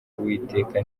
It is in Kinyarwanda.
uwiteka